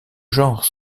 genre